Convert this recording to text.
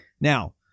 Now